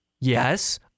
yes